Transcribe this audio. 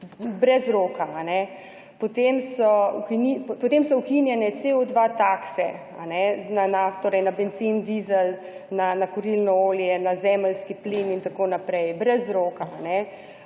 brez roka. Potem so ukinjene CO2 takse, na nafto, torej na bencin, dizel, na kurilno olje, na zemeljski plin in tako naprej, brez roka.